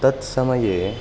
तत् समये